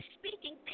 speaking